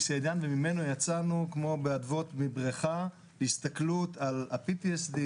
סעידיאן וממנו יצאנו להסתכלות על ה-PTSD,